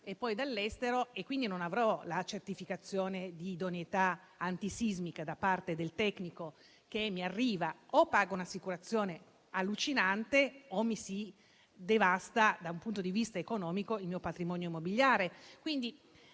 e poi dall'estero, non avrò la certificazione di idoneità antisismica da parte del tecnico; pertanto o pago un'assicurazione allucinante o mi si devasta da un punto di vista economico il mio patrimonio immobiliare.